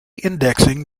indexing